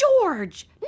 George